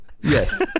Yes